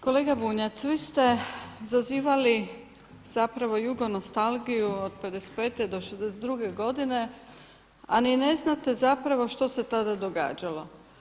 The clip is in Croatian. Kolega Bunjac vi ste zazivali zapravo jugonostalgiju od 55. do 62. godine, a ni ne znate zapravo što se tada događalo.